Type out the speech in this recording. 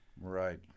Right